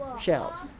shelves